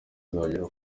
uzagera